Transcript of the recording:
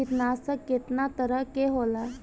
कीटनाशक केतना तरह के होला?